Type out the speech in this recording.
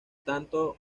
tanto